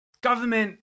government